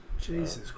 Jesus